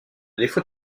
défaut